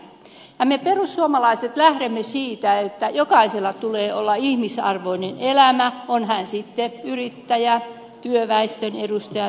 ja me perussuomalaiset lähdemme siitä että jokaisella tulee olla ihmisarvoinen elämä on hän sitten yrittäjä työväestön edustaja tai muu